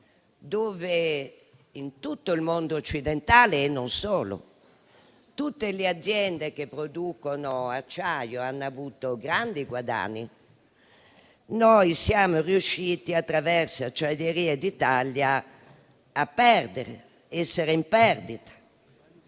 in tutto il mondo occidentale e non solo tutte le aziende che producono acciaio hanno avuto grandi guadagni, noi siamo riusciti, attraverso Acciaierie d'Italia, a essere in perdita.